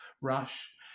rush